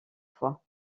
fois